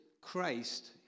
Christ